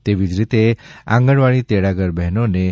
તેવી જ રીતે આંગણવાડી તેડાગર બહેનોને રૂ